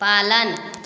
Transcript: पालन